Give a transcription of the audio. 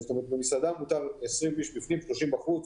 במסעדה מותר 20 אנשים בפנים ו-30 בחוץ,